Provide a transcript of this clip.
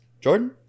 jordan